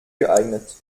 geeignet